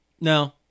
No